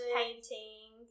painting